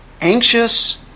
anxious